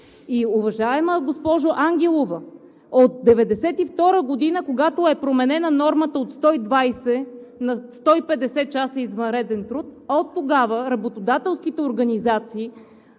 Уважаема госпожо Ангелова, от 1992 г., когато е променена нормата от 120 на 150 часа извънреден труд, оттогава работодателските организации